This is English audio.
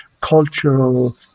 cultural